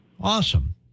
awesome